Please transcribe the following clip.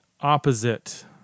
Opposite